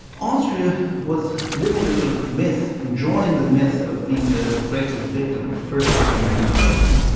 austria was living the sort of myth, enjoying the myth of being the greatest victim, first victim of nazism.